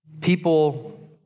people